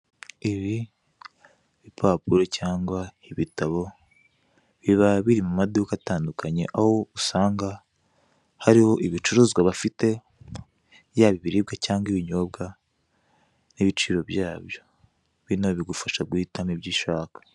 Ibi bipapuro cyangwa ibitabo, biba biri mu maduka atandukanye aho usanga hariho ibicuruzwa bafite, yaba ibiribwa cyangwa ibinyobwa n'ibiciro byabyo, bino bigufasha guhitamo ibyo ushaka.